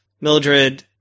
Mildred